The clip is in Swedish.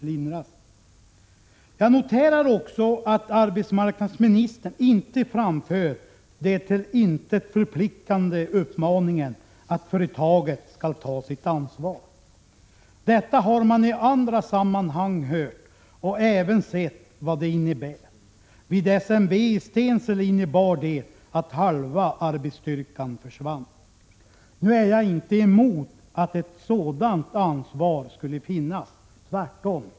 Vidare noterar jag att arbetsmarknadsministern inte framför den till intet förpliktande uppmaningen att företaget skall ta sitt ansvar. I andra sammanhang har man hört och även sett vad det innebär. Vid SMV i Stensele innebar det att halva arbetsstyrkan försvann. Jag är inte emot att ett sådant ansvar skulle finnas — tvärtom!